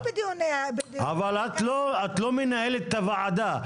את לא מנהלת את הוועדה.